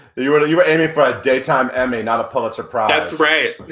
you were and you were aiming for a daytime emmy, not a pulitzer prize. that's right.